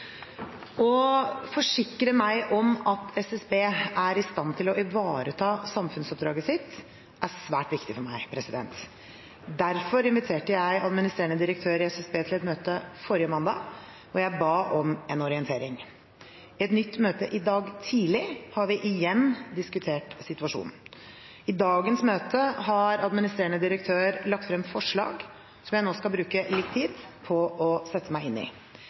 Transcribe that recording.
Å forsikre meg om at SSB er i stand til å ivareta samfunnsoppdraget sitt, er svært viktig for meg. Derfor inviterte jeg administrerende direktør i SSB til et møte forrige mandag, hvor jeg ba om en orientering. I et nytt møte i dag tidlig har vi igjen diskutert situasjonen. I dagens møte har administrerende direktør lagt frem forslag som jeg nå skal bruke litt tid på å sette meg inn i.